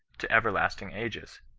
to everlasting ages.